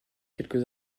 quelques